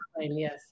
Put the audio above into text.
Yes